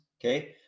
Okay